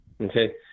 okay